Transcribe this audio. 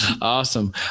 Awesome